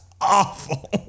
Awful